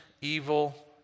evil